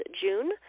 June